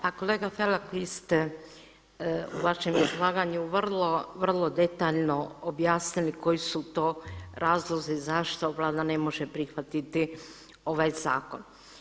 Pa kolega Felak vi ste u vašem izlaganju vrlo detaljno objasnili koji su to razlozi zašto Vlada ne može prihvatiti ovaj zakon.